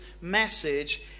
message